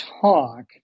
talk